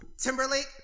Timberlake